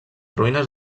ruïnes